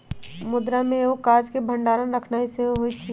मुद्रा के एगो काज के भंडारण करनाइ सेहो होइ छइ